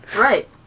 Right